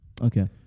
Okay